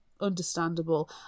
understandable